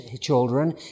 children